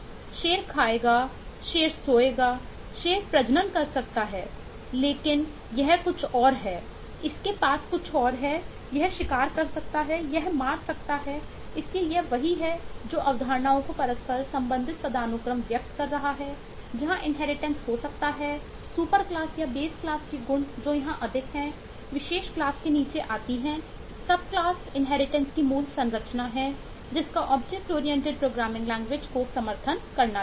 शेर खाएगा शेर सोएगा एक शेर प्रजनन कर सकता है लेकिन यह कुछ और है इसके पास कुछ और है यह शिकार कर सकता है यह मार सकता है इसलिए यह वही है जो अवधारणाओं को परस्पर संबंधित पदानुक्रम व्यक्त कर रहा है जहां इन्हेरिटेंस को समर्थन करना चाहिए